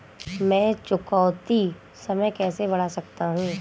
मैं चुकौती समय कैसे बढ़ा सकता हूं?